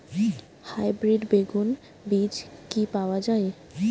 Hybrid বেগুন বীজ কি পাওয়া য়ায়?